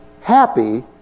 Happy